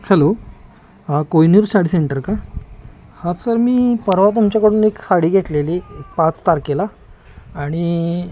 hello Kohinoor sari centre का हां sir मी परवा तुमच्याकडून एक साडी घेतलेली एक पाच तारखेला आणि